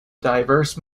diverse